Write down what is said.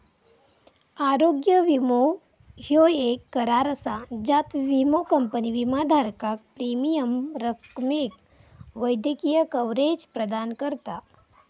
आरोग्य विमो ह्यो येक करार असा ज्यात विमो कंपनी विमाधारकाक प्रीमियम रकमेक वैद्यकीय कव्हरेज प्रदान करता